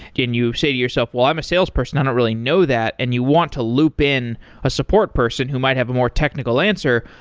can you say to yourself, well, i'm a salesperson. i don't really know that, and you want to loop in a support person who might have a more technical answer,